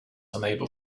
unable